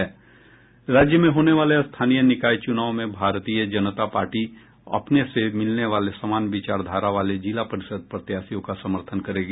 राज्य में होने वाले स्थानीय निकाय चुनाव में भारतीय जनता पार्टी अपने से मिलने वाले समान विचारधारा वाले जिला परिषद प्रत्याशियों का समर्थन करेगी